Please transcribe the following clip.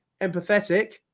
empathetic